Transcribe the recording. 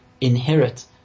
Inherit